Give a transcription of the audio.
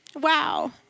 wow